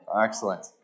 excellent